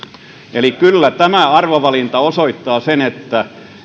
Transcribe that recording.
kyllä tämä arvovalinta osoittaa sen että